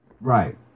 Right